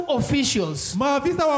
officials